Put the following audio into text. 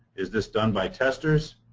is this done by testers,